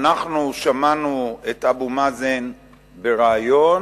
אנחנו שמענו את אבו מאזן בריאיון,